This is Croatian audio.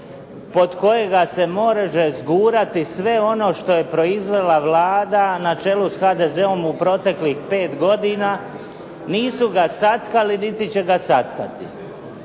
pod kojega se može zgurati sve ono što je proizvela Vlada na čelu s HDZ-om u proteklih 5 godina. Nisu ga satkali, niti će ga satkati,